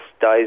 days